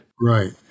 Right